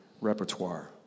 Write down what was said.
repertoire